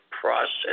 process